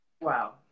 Wow